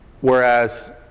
Whereas